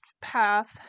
path